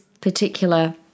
particular